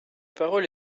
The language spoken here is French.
parole